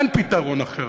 אין פתרון אחר.